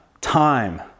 time